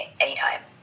anytime